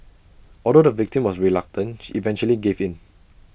although the victim was reluctant she eventually gave in